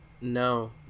No